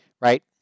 right